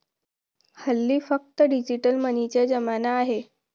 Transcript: हल्ली फक्त डिजिटल मनीचा जमाना आहे